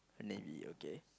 navy okay